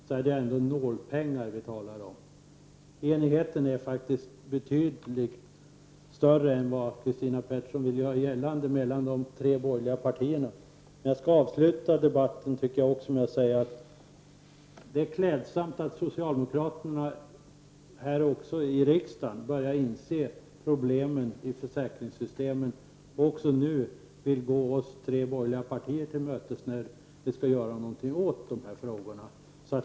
Då inser man att det är nålpengar vi här talar om. Enigheten är faktiskt betydligt större än Christina Pettersson vill medge mellan de tre borgerliga partierna. Jag skall avsluta debatten med att säga att det är klädsamt att också socialdemokraterna här i riksdagen börjar inse problemen i försäkringssystemen och nu vill gå oss tre borgerliga partier till mötes för att göra någonting åt de här sakerna.